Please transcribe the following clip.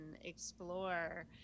explore